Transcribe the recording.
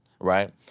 right